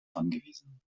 angewiesen